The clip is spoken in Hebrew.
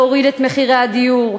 להוריד את מחירי הדיור,